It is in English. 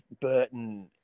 Burton